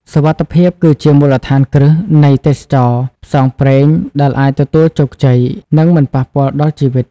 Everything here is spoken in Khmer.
សុវត្ថិភាព គឺជាមូលដ្ឋានគ្រឹះនៃទេសចរណ៍ផ្សងព្រេងដែលអាចទទួលជោគជ័យ និងមិនប៉ះពាល់ដល់ជីវិត។